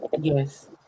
Yes